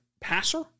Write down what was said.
passer